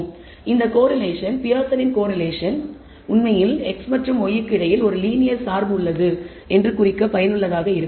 எனவே இந்த கோரிலேஷன் பியர்சனின் கோரிலேஷன் உண்மையில் x மற்றும் y க்கு இடையில் ஒரு லீனியர் சார்பு உள்ளது என்று குறிக்க பயனுள்ளதாக இருக்கும்